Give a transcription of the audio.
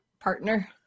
partner